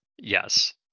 Yes